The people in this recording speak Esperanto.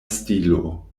stilo